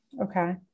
okay